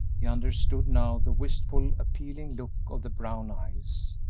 he understood now the wistful, appealing look of the brown eyes.